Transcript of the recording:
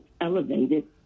elevated